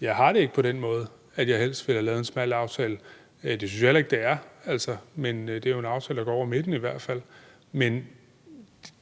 jeg har det ikke på den måde, at jeg helst ville have lavet en smal aftale. Det synes jeg heller ikke at det er. Det er jo en aftale, der rækker over midten. Men